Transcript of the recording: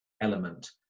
element